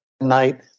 night